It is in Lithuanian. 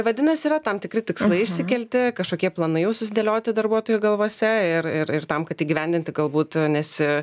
vadinasi yra tam tikri tikslai išsikelti kažkokie planai jau susidėlioti darbuotojų galvose ir ir tam kad įgyvendinti galbūt nesi